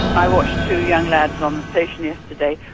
i watched two young lads on the station yesterday.